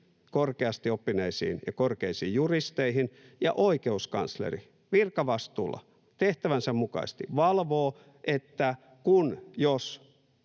korkeasti oppineisiin ja korkeisiin juristeihin, ja oikeuskansleri virkavastuulla tehtävänsä mukaisesti valvoo, että kun/jos